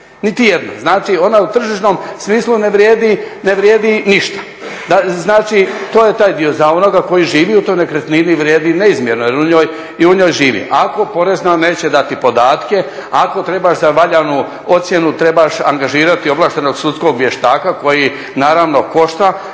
nitijedna. Znači, ona u tržišnom smislu ne vrijedi ništa. Znači, to je taj dio. Za onoga koji živi u toj nekretnini vrijedi neizmjerno jer u njoj živi, ako porezna neće dati podatke, ako treba za valjanu ocjenu trebaš angažirati ovlaštenog sudskog vještaka koji naravno košta,